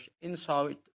inside